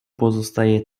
pozostaje